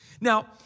Now